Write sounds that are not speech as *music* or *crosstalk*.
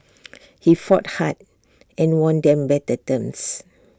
*noise* he fought hard and won them better terms